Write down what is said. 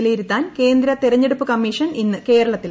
വിലയിരുത്താൻ കേന്ദ്ര തെരഞ്ഞെടുപ്പ് കമ്മീഷൻ ഇന്ന് കേരളത്തിലെത്തും